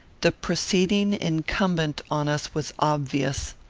the proceeding incumbent on us was obvious.